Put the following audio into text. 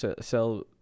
sell